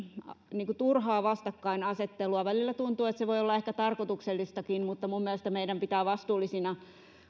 turhaa vastakkainasettelua välillä tuntuu että se voi olla ehkä tarkoituksellistakin mutta minun mielestäni meidän pitää vastuullisina